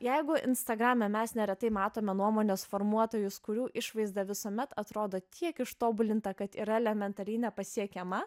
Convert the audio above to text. jeigu instagrame mes neretai matome nuomonės formuotojus kurių išvaizda visuomet atrodo tiek ištobulinta kad yra elementariai nepasiekiama